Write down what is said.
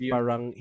Parang